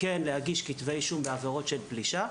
להגיש כתבי אישום גם במקרים של פלישה,